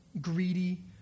greedy